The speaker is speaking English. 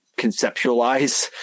conceptualize